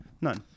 None